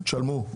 תשלמו.